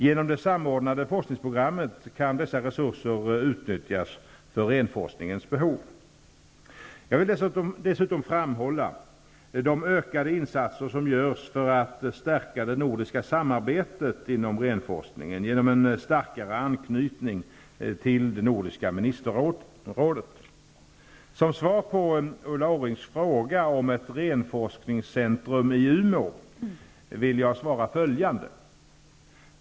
Genom det samordnade forskningsprogrammet kan dessa resurser utnyttjas för renforskningens behov. Jag vill dessutom framhålla de ökade insatser som görs för att stärka det nordiska samarbetet inom renforskningen genom en starkare anknytning till nordiska ministerrådet. På Ulla Orrings fråga om ett renforskningscentrum i Umeå vill jag svara följande.